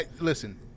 listen